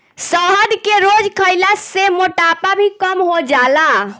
शहद के रोज खइला से मोटापा भी कम हो जाला